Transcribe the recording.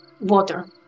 water